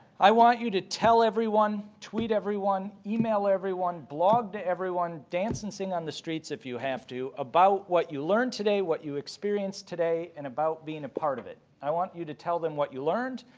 i want you to tell everyone, tweet everyone, e-mail everyone, blog to everyone, dance and sing on the streets if you have to about what you learned today, what you experienced today and about being a part of it. i want you to tell them what you learned,